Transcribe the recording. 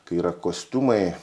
kai yra kostiumai